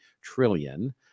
trillion